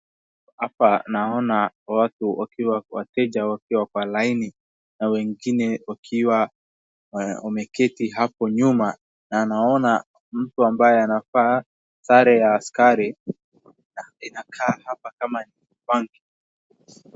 Hapa naona watu wakiwa wateja wakiwa kwa laini na wengine wakiwa wameketi hapo nyuma na naona mtu ambaye anavaa sare ya askari. Inakaa hapa kama ni banki.